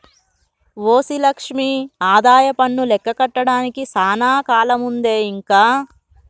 OC Lakshmi ఆదాయపన్ను లెక్క కట్టడానికి సానా కాలముందే ఇంక